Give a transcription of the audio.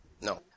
no